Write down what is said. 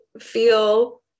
feel